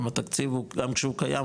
גם התקציב הוא גם שהוא קיים,